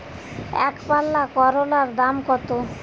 একপাল্লা করলার দাম কত?